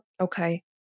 Okay